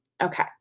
Okay